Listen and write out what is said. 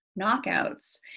knockouts